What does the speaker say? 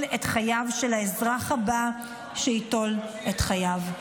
את חייו של האזרח הבא שייטול את חייו.